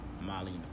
Molly